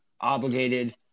obligated